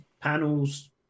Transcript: panels